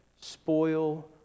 spoil